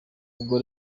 ubwo